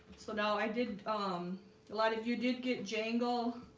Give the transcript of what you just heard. so now i did um a lot of you did get jangle